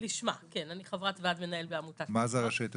כן, אני חברת וועד המנהל בעמותת לשמ"ה,